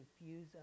infuse